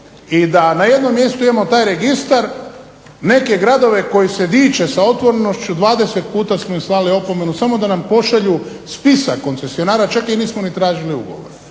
i da na jednom mjestu imamo taj registar, neke gradove koji se diče sa otvorenošću. 20 puta smo im slali opomenu samo da nam pošalju spisak koncesionara. Čak ih nismo ni tražili ugovor.